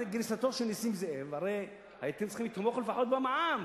לגרסתו של נסים זאב: הרי הייתם צריכים לתמוך לפחות במע"מ,